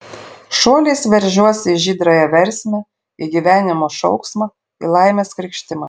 šuoliais veržiuosi į žydrąją versmę į gyvenimo šauksmą į laimės krykštimą